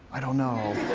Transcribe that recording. i don't know.